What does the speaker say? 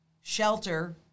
shelter